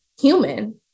human